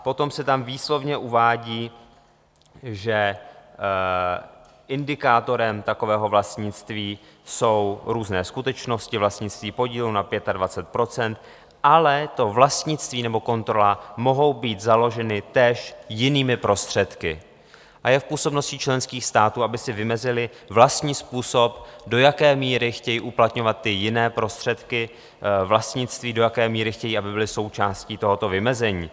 Potom se tam výslovně uvádí, že indikátorem takového vlastnictví jsou různé skutečnosti, vlastnický podíl nad 25 %, ale to vlastnictví nebo kontrola mohou být založeny též jinými prostředky, a je v působnosti členských států, aby si vymezily vlastní způsob, do jaké míry chtějí uplatňovat ty jiné prostředky vlastnictví, do jaké míry chtějí, aby byly součásti tohoto vymezení.